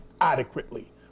adequately